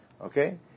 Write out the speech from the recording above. Okay